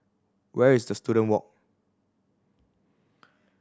where is the Student Walk